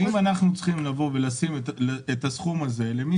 האם אנחנו צריכים לבוא ולשים את הסכום הזה למי